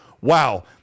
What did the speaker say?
wow